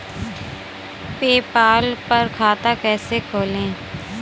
PayPal पर खाता कैसे खोलें?